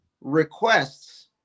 requests